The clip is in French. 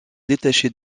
détacher